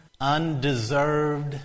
undeserved